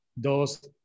dos